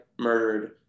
murdered